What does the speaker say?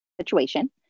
situation